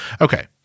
Okay